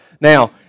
Now